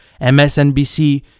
MSNBC